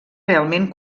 realment